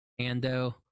ando